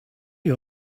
you